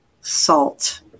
salt